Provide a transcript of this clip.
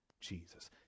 Jesus